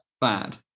bad